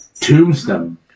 Tombstone